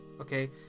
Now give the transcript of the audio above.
okay